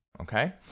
Okay